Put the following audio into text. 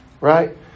right